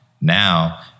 Now